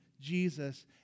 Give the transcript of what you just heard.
Jesus